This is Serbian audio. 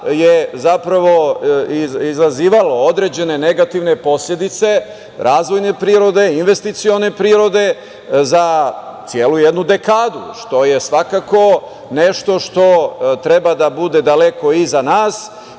je zapravo izazivalo određene negativne posledice razvojne prirode, investicione prirode za celu jednu dekadu, što je svakako nešto što treba da bude daleko iza nas